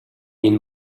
энэ